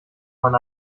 man